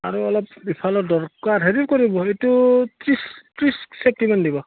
আৰু অলপ ইফালৰ দৰকাৰ হেৰিও কৰিব এইটো ত্ৰিছ ত্ৰিছ চেফটিমান দিব